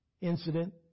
incident